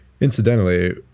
Incidentally